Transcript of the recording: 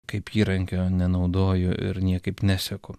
kaip įrankio nenaudoju ir niekaip neseku